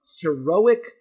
heroic